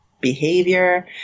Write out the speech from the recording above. behavior